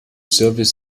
service